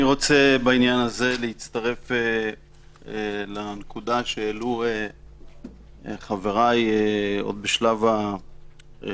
אני רוצה להצטרף בעניין הזה לנקודה שהעלו חבריי עוד בשלב הקודם